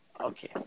Okay